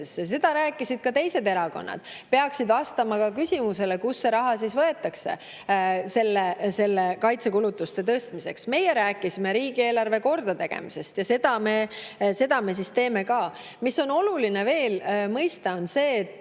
Seda rääkisid ka teised erakonnad, [nad] peaksid vastama ka küsimusele, kust see raha siis võetakse kaitsekulutuste tõstmiseks. Meie rääkisime riigieelarve kordategemisest, ja seda me teeme ka. Mida on veel oluline mõista nende